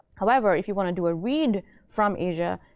however, if you want to do a read from asia,